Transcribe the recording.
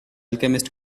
alchemist